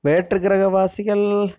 வேற்றுக் கிரகவாசிகள்